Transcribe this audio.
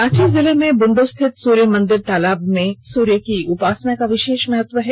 रांची जिले में बुंडू स्थित सूर्य मंदिर तालाब में सूर्य की उपासना का विशेष महत्व है